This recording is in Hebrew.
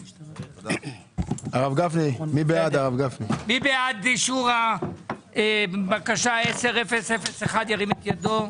מי בעד אישור בקשה 10001 ירים את ידו?